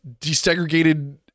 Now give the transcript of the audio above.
desegregated